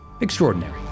extraordinary